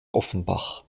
offenbach